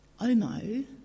Omo